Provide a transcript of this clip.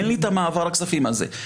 אין לי את מעבר הכספים הזה.